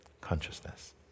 consciousness